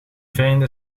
verenigde